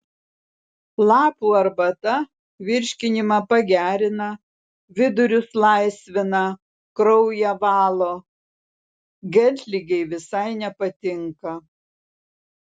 lapų arbata virškinimą pagerina vidurius laisvina kraują valo geltligei visai nepatinka